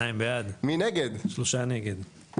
הצבעה בעד, 2 נגד,